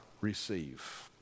receive